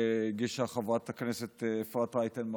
שהגישה חברת הכנסת אפרת רייטן מרום.